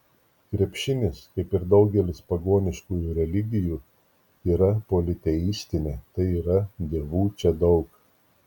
krepšinis kaip ir daugelis pagoniškųjų religijų yra politeistinė tai yra dievų čia daug